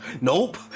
Nope